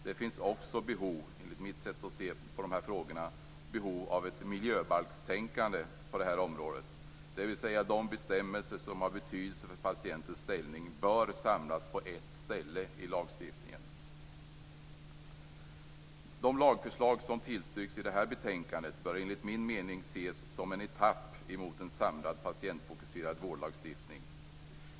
Det finns också enligt mitt sätt att se på detta behov av miljöbalkstänkande på det här området, dvs. att de bestämmelser som har betydelse för patientens ställning bör samlas på ett ställe i lagstiftningen. De lagförslag som tillstyrks i betänkandet bör enligt min uppfattning ses som en etapp mot en samlad patientfokuserad vårdlagstiftning.